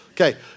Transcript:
Okay